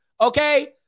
Okay